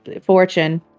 fortune